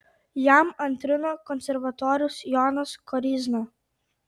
jam antrino konservatorius jonas koryzna